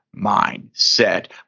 mindset